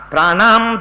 Pranam